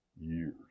years